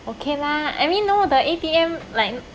okay lah and we know the A_T_M line